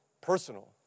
personal